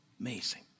Amazing